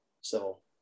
Civil